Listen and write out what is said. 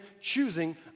choosing